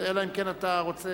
אלא אם כן אתה רוצה,